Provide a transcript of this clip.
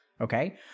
Okay